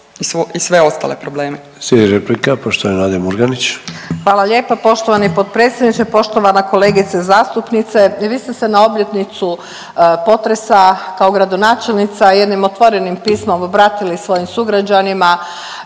i sve ostale probleme.